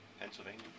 pennsylvania